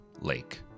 Lake